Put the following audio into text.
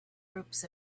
groups